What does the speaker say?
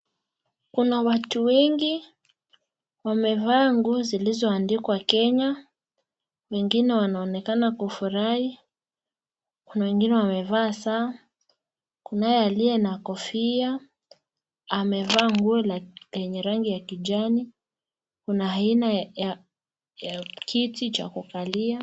Kuna watu wengi wamevaa nguo zilizoandikwa Kenya, mwingine anaonekana kufurahi, kuna wengine wamevaa saa, kunaye aliye na kofia, amevaa nguo lenye rangi ya kijani, kuna aina ya kiti cha kukalia.